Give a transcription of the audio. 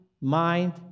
mind